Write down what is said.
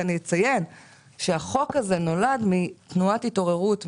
החוק הזה נולד מתנועת התעוררות,